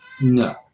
No